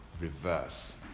reverse